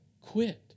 quit